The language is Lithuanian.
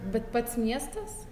bet pats miestas